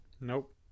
Nope